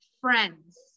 friends